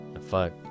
fuck